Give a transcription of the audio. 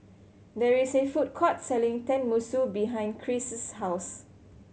there is a food court selling Tenmusu behind Cris' house